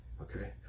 Okay